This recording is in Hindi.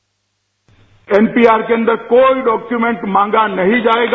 बाइट एनपीआर के अंदर कोई डॉक्यूमेंट मांगा नहीं जाएगा